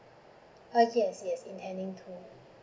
okay I see I see intending to